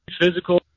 physical